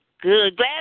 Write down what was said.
Good